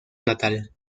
natal